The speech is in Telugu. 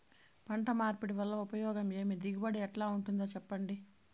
పంట మార్పిడి వల్ల ఉపయోగం ఏమి దిగుబడి ఎట్లా ఉంటుందో చెప్పండి?